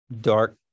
dark